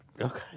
Okay